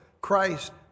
Christ